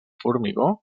formigó